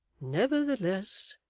nevertheless,